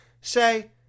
Say